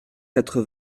quatre